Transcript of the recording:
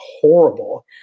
horrible